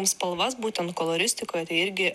spalvas būtent koloristikoj tai irgi